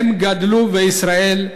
הם גדלו בישראל,